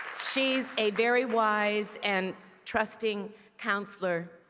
she is a very wise and trusting counselor.